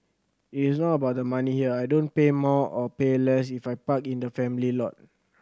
it is not about the money here I don't pay more or pay less if I park in the family lot